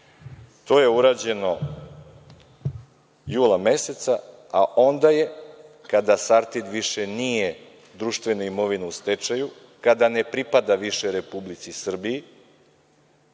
To je urađeno jula meseca, a onda je kada „Sartid“ više nije društvena imovina u stečaju, kada ne pripada više Republici Srbiji,